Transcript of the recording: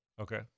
Okay